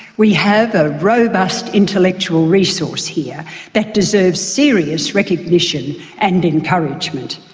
we have a robust intellectual resource here that deserves serious recognition and encouragement.